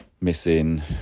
Missing